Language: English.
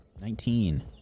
Nineteen